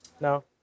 No